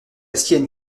sienne